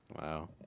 Wow